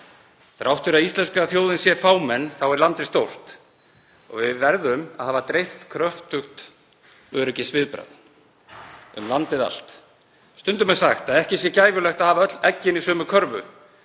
Þrátt fyrir að íslenska þjóðin sé fámenn er landið stórt. Við verðum að hafa dreift, kröftugt öryggisviðbragð um landið allt. Stundum er sagt að ekki sé gæfulegt að hafa öll eggin í sömu körfu.